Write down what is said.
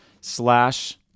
slash